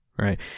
right